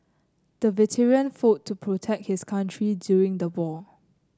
the veteran fought to protect his country during the war